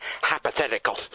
hypothetical